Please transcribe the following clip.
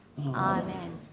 Amen